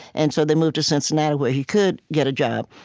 and so they moved to cincinnati, where he could get a job.